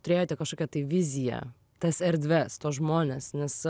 turėjote kažkokią viziją tas erdves tuos žmones nes